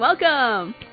Welcome